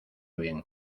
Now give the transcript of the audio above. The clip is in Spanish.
bien